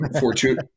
fortune